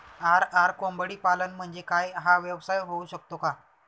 RR कोंबडीपालन म्हणजे काय? हा व्यवसाय होऊ शकतो का?